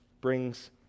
brings